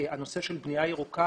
הנושא של בנייה ירוקה,